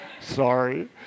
Sorry